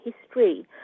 history